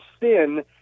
sin